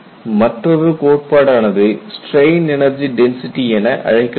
மற்றொரு கோட்பாடானது strain energy density என அழைக்கப்படுகிறது